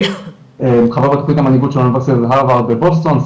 חבר הקורס למנהיגות של אוניברסיטת הארוורד בבוסטון,